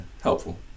Helpful